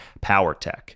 PowerTech